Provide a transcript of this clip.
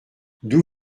d’où